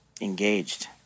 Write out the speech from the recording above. engaged